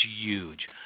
huge